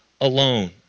alone